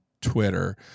Twitter